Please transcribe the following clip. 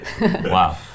Wow